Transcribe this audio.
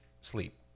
sleep